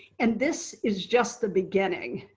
and this is just the beginning.